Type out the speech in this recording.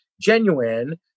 genuine